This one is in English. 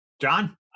John